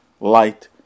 light